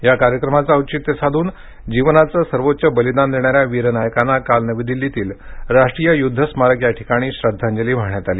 या कार्यक्रमाचे औचित्य साधून जीवनाचं सर्वोच्च बलिदान देणा या वीर नायकांना काल नवी दिल्लीतील राष्ट्रीय युद्ध स्मारक या ठिकाणी श्रद्धांजली वाहण्यात आली